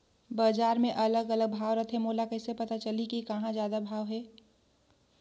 बजार मे अलग अलग भाव रथे, मोला कइसे पता चलही कि कहां जादा भाव हे?